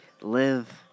Live